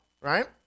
right